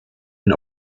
and